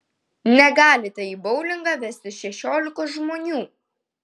negalite į boulingą vestis šešiolikos žmonių